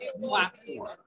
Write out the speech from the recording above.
platform